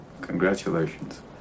Congratulations